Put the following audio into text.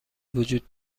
وجود